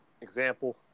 example